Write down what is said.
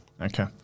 Okay